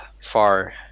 far